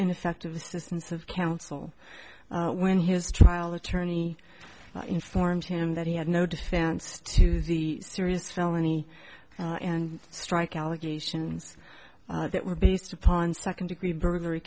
ineffective assistance of counsel when his trial attorney informed him that he had no defense to the serious felony and strike allegations that were based upon second degree burglary